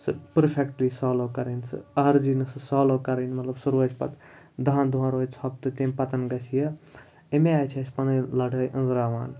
سُہ پٔرفٮ۪کٹلی سالوٗ کَرٕنۍ سُہ عارضی نہٕ سُہ سالوٗ کَرٕنۍ مطلب سُہ روزِ پَتہٕ دَہَن دۄہَن روزِ ژھۄپہٕ تمہِ پَتَن گژھِ یہِ امے آے چھِ اَسہِ پَنٕنۍ لڑٲے أنٛزراوان